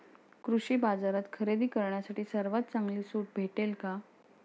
कृषी बाजारात खरेदी करण्यासाठी सर्वात चांगली सूट भेटेल का?